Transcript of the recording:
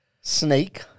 Snake